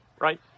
right